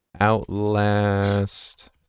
Outlast